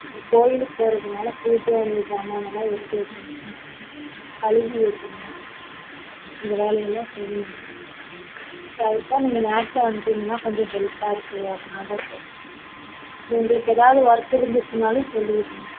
நாளைக்கு கோயிலுக்குப் போகிறதுனால பூஜை அந்த சாமானெல்லாம் எடுத்து வைக்கணுங்க கழுவி வைக்கணும் அந்த வேலையெல்லாம் செய்யணும் சரி அதுக்கு தான் நீங்கள் நேரத்தில் வந்துட்டிங்னா கொஞ்சம் ஹெல்ப்பாக இருக்கும் அதனால தான் கேட்கறேன் இல்லை உங்களுக்கு ஏதாவது ஒர்க் இருந்துச்சுனாலும் சொல்லிடுங்க